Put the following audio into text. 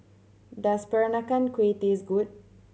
does Peranakan Kueh taste good